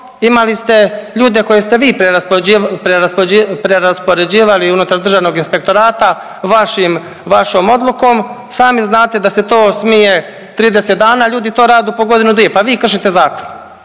imali ste ljude koje ste vi preraspoređivali unutar Državnog inspektorata vašim, vašom odlukom. Sami znate da se to smije 30 dana, ljudi to rade po godinu dvije, pa vi kršite zakon.